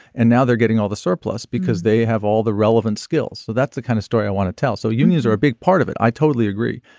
and now they're getting all the surplus because they have all the relevant skills. so that's the kind of story i want to tell. so unions are a big part of it. i totally agree.